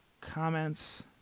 comments